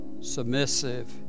submissive